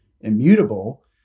immutable